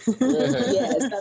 Yes